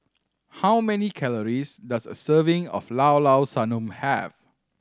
how many calories does a serving of Llao Llao Sanum have